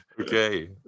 Okay